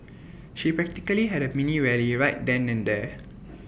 she practically had A mini rally right then and there